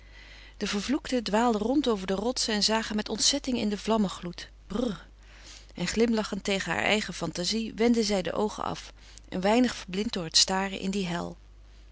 de vervloekten dwaalden rond over de rotsen en zagen met ontzetting in den vlammengloed brrr en glimlachend tegen haar eigen fantazie wendde zij de oogen af een weinig verblind door het staren in die hel